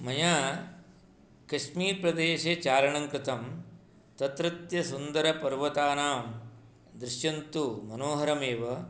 मया कश्मीर् प्रदेशे चारणङ्कृतं तत्रत्य सुन्दरपर्वतानां दृश्यन्तु मनोहरम् एव